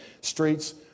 streets